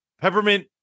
Peppermint